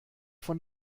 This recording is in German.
von